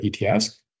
ETS